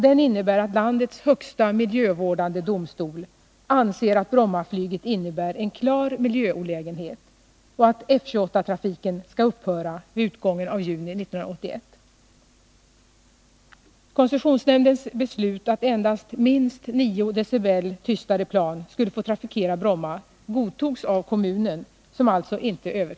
Detta innebär att landets högsta miljövårdande organ anser att Brommaflyget innebär en klar miljöolägenhet och att F-28-trafiken skall upphöra vid utgången av juni 1981.